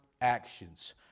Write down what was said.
actions